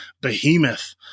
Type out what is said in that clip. behemoth